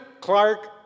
Clark